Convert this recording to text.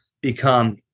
become